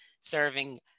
serving